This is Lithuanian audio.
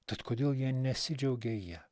tad kodėl jie nesidžiaugia ja